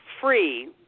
free